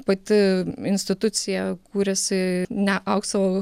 pati institucija kūrėsi ne aukso